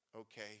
Okay